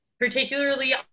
particularly